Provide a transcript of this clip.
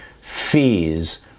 fees